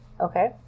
okay